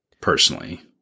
personally